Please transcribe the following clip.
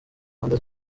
mpande